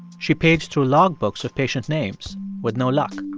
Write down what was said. she paged through logbooks of patient's names with no luck.